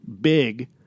big